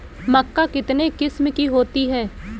मक्का कितने किस्म की होती है?